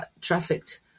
trafficked